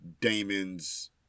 Damon's